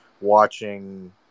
watching